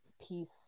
peace